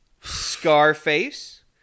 Scarface